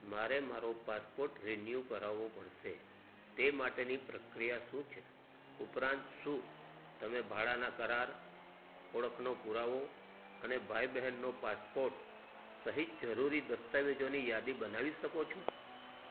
મારે મારો passport renew કરાવો પડશે તે માટેની પ્રક્રિયા શું છે ઉપરાંત શું તમે ભાડાના કરાર ઓળખનો પુરાવો અને ભાઈ બહેનનો પાસપોર્ટ સહિત જરૂરી દસ્તાવેજોની યાદી બનાવી શકો છો